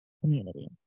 community